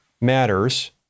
matters